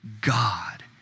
God